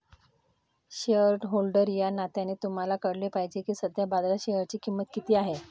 shareholder या नात्याने तुम्हाला कळले पाहिजे की सध्या बाजारात शेअरची किंमत किती आहे